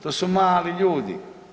To su mali ljudi.